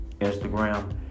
Instagram